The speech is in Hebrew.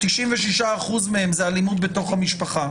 96 אחוזים מהם הם אלימות בתוך המשפחה,